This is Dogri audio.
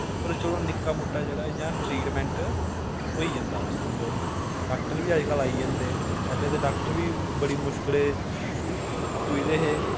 और चलो निक्का मुट्टा जेह्ड़ा इयां ट्रीटमैंट होई जंदा समझो डाक्टर बी अजकल आई जंदे पैह्ॅले ते डाक्टर बी बड़ी मुश्कलें पुजदे हे